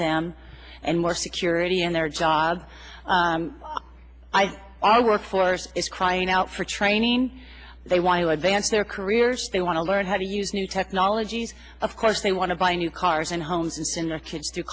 them and more security in their jobs i i work force is crying out for training they want to advance their careers they want to learn how to use new technologies of course they want to buy new cars and homes in their kids to